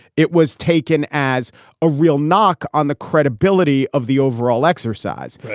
it was taken as a real knock on the credibility of the overall exercise.